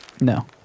No